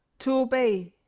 to obey.